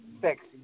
Sexy